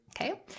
Okay